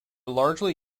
largely